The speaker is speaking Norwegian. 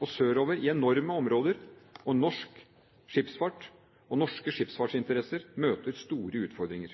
og sørover i enorme områder, og norsk skipsfart og norske skipsfartsinteresser møter store utfordringer.